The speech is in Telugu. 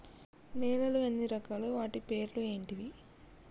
నేలలు ఎన్ని రకాలు? వాటి పేర్లు ఏంటివి?